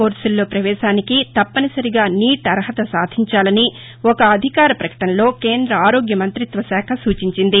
కోర్సులలో పవేశానికి తప్పనిసరిగా నీట్ అర్హత సాధించాలని ఒక అధికార పకటనలో కేంద్ర ఆరోగ్య మంతిత్వ శాఖ సూచించింది